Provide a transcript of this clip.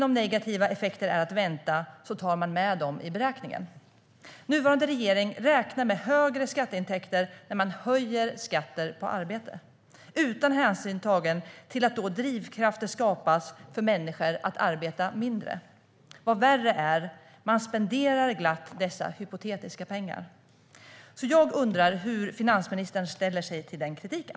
Om negativa effekter är att vänta tar man med dem i beräkningen. Nuvarande regering räknar med högre skatteintäkter när man höjer skatter på arbete, utan hänsyn tagen till att drivkrafter då skapas för människor att arbeta mindre. Vad värre är: Man spenderar glatt dessa hypotetiska pengar. Jag undrar hur finansministern ställer sig till den kritiken.